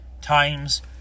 times